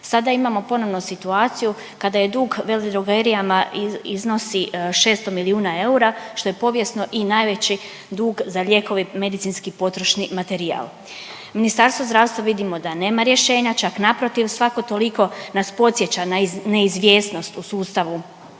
sada imamo ponovno situaciju kada dug veledrogerijama iznosi 600 milijuna eura, što je povijesno i najveći dug za lijekove i medicinski potrošni materijal. Ministarstvo zdravstva vidimo da nema rješenja, čak naprotiv svako toliko nas podsjeća na neizvjesnost u sustavu